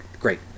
great